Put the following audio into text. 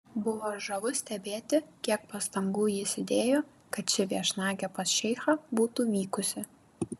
buvo žavu stebėti kiek pastangų jis įdėjo kad ši viešnagė pas šeichą būtų vykusi